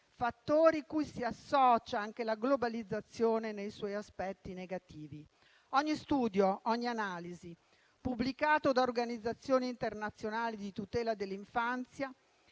fattori a cui si associa anche la globalizzazione nei suoi aspetti negativi. Ogni studio, ogni analisi pubblicata da organizzazioni internazionali di tutela dell'infanzia